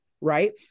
right